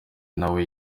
nawe